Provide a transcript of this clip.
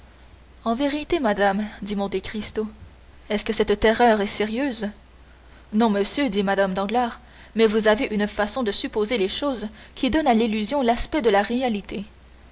en vérité madame dit monte cristo est-ce que cette terreur est sérieuse non monsieur dit mme danglars mais vous avez une façon de supposer les choses qui donne à l'illusion l'aspect de la réalité